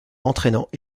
entraînant